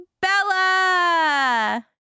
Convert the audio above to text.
Bella